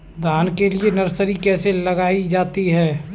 धान के लिए नर्सरी कैसे लगाई जाती है?